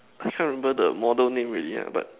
I can't remember the model name already ah but